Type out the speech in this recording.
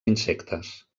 insectes